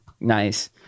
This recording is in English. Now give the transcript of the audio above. nice